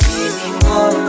anymore